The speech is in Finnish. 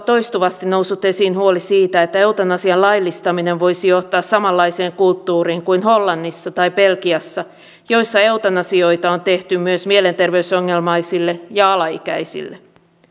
toistuvasti noussut esiin huoli siitä että eutanasian laillistaminen voisi johtaa samanlaiseen kulttuuriin kuin hollannissa tai belgiassa joissa eutanasioita on tehty myös mielenterveysongelmaisille ja alaikäisille